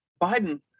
Biden